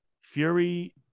Fury